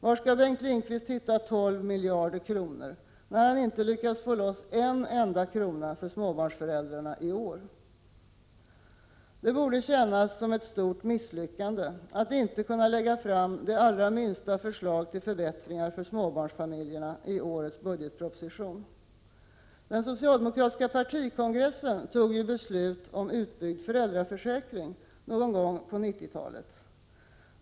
Var skall Bengt Lindqvist hitta 12 miljarder kronor, när han inte lyckats få loss en enda krona till småbarnsföräldrarna i år? Det borde kännas som ett stort misslyckande att inte kunna lägga fram det allra minsta förslag till förbättringar för småbarnsfamiljerna i årets budgetproposition. Den socialdemokratiska partikongressen fattade ett beslut om utbyggnad av föräldraförsäkringen — någon gång på 1990-talet.